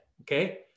okay